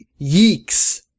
Yeeks